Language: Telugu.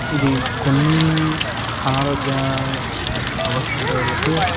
ఇది కొన్ని అనారోగ్య అవస్థలకి